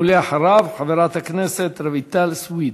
ואחריו, חברת הכנסת רויטל סויד.